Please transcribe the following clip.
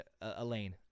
Elaine